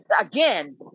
again